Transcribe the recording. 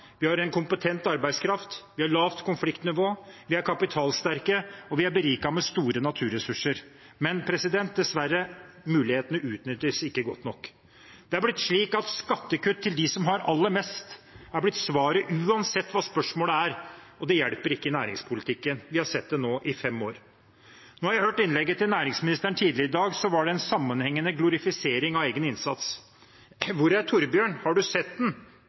vi har en kompetent arbeidskraft, vi har lavt konfliktnivå, vi er kapitalsterke, og vi er beriket med store naturressurser. Men dessverre, mulighetene utnyttes ikke godt nok. Det er blitt slik at skattekutt til dem som har aller mest, er blitt svaret uansett hva spørsmålet er, og det hjelper ikke i næringspolitikken. Vi har sett det nå i fem år. Da jeg hørte innlegget til næringsministeren tidligere i dag, var det en sammenhengende glorifisering av egen innsats. «Hvor er Torbjørn? Har du